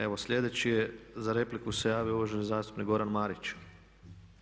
Evo sljedeći je za repliku se javio uvaženi zastupnik Goran Marić.